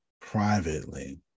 privately